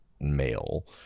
male